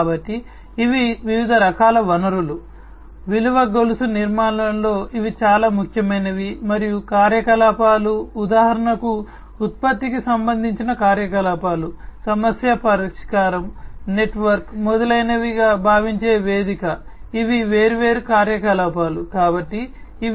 కాబట్టి ఇవి వివిధ రకాల వనరులు విలువ గొలుసు నిర్మాణంలో యొక్క ముఖ్యమైనవి